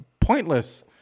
pointless